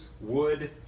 wood